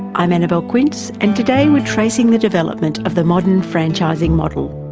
i'm annabelle quince, and today we're tracing the development of the modern franchising model.